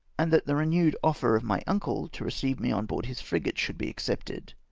and that the renewed offer of my uncle to receive me on board his frigate should be accepted.